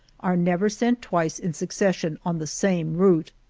are never sent twice in succession on the same route.